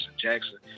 Jackson